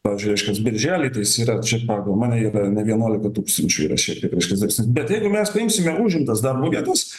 pavyzdžių reiškias birželį tai jis yra čia pagal mane ar ne vienuolika tūkstančių yra šiek tiek reiškias didesnis bet jeigu mes paimsime užimtas darbo vietas